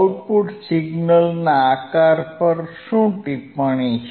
output signal ના આકાર પર શું ટિપ્પણી છે